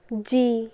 G